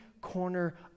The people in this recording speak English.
corner